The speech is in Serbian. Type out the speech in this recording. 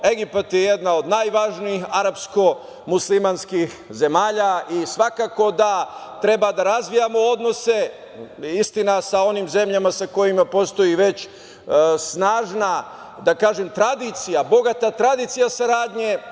Egipat je jedna od najvažnijih arapsko-muslimanskih zemalja i svakako da treba da razvijamo odnose, istina, sa onim zemljama sa kojima već postoji snažna, da kažem, tradicija, bogata tradicija saradnje.